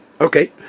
Okay